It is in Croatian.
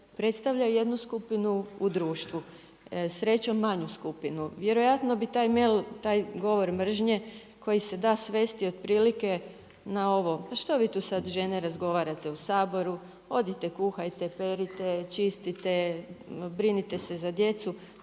predstavlja jednu skupinu u društvu, srećom manju skupinu? Vjerojatno bi taj mail, taj govor mržnje koji se da svesti otprilike na ovo „što vi tu sad žene razgovarate u Saboru, odite kuhajte, perite, čistite, brinite se za djecu“,